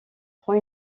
prend